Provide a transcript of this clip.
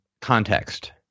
context